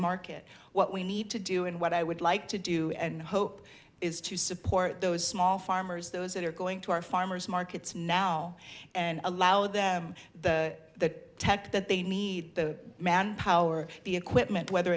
market what we need to do and what i would like to do and hope is to support those small farmers those that are going to our farmers markets now and allow them the tech that they need the manpower the equipment whether